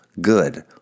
good